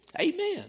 Amen